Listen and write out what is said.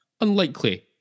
unlikely